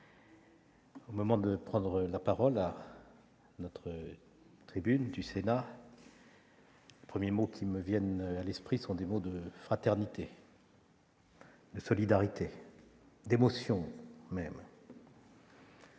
au moment de prendre la parole à cette tribune, les premiers mots qui me viennent à l'esprit sont des mots de fraternité, de solidarité, d'émotion même,